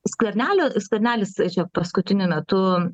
skvernelio skvernelis paskutiniu metu